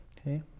Okay